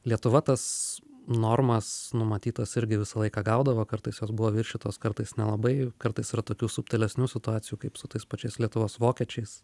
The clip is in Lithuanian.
lietuva tas normas numatytas irgi visą laiką gaudavo kartais jos buvo viršytos kartais nelabai jau kartais yra tokių subtilesnių situacijų kaip su tais pačiais lietuvos vokiečiais